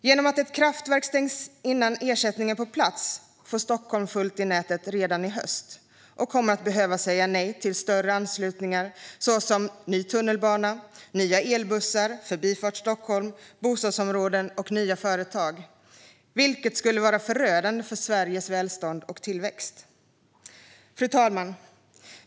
Genom att ett kraftverk stängs innan ersättning är på plats får Stockholm fullt i nätet redan i höst och kommer att behöva säga nej till större anslutningar såsom ny tunnelbana, nya elbussar, Förbifart Stockholm, bostadsområden och nya företag, vilket skulle vara förödande för Sveriges välstånd och tillväxt. Fru talman!